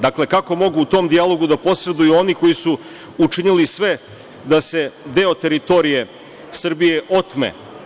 Dakle, kako mogu u tom dijalogu da posreduju oni koji su učinili sve da se deo teritorije Srbije otme.